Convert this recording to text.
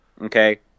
Okay